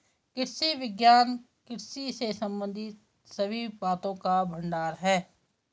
कृषि विज्ञान कृषि से संबंधित सभी बातों का भंडार है